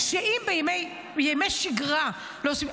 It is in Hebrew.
שאם בימי שגרה לא עושים,